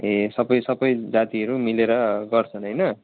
ए सबै सबै जातिहरू मिलेर गर्छन् होइन